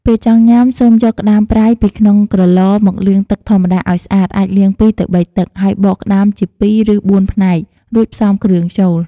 ពេលចង់ញ៉ាំ សូមយកក្តាមប្រៃពីក្នុងក្រឡមកលាងទឹកធម្មតាឲ្យស្អាត អាចលាង ២-៣ ទឹក ហើយបកក្តាមជាពីរ ឬបួនផ្នែក រួចផ្សំគ្រឿងចូល។